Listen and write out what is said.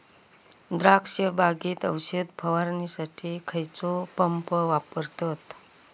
द्राक्ष बागेत औषध फवारणीसाठी खैयचो पंप वापरतत?